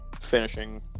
finishing